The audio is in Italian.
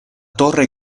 torre